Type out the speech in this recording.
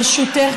ברשותך,